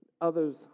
others